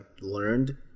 learned